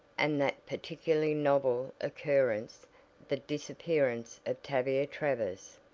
and that particularly novel occurrence the disappearance of tavia travers.